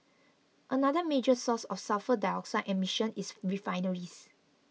another major source of sulphur dioxide emissions is refineries